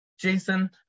Jason